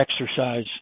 exercise